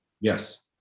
Yes